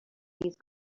these